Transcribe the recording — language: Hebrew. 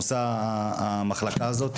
עושה המחלקה הזו,